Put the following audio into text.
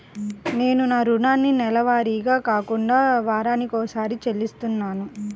నేను నా రుణాన్ని నెలవారీగా కాకుండా వారానికోసారి చెల్లిస్తున్నాను